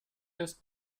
ist